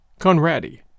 Conradi